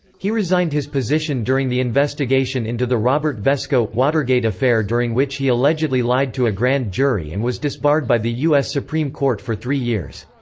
he resigned his position during the investigation into the robert vesco watergate affair during which he allegedly lied to a grand jury and was disbarred by the us supreme court for three years.